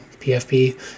PFP